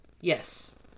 Yes